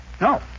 No